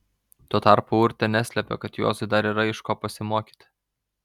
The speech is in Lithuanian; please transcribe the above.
tuo tarpu urtė neslėpė kad juozui dar yra iš ko pasimokyti